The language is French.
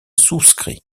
souscrit